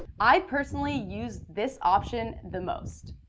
and i personally use this option the most.